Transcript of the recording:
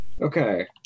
Okay